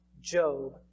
Job